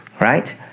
Right